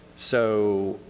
so